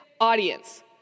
audience